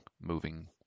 moving